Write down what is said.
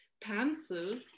pencil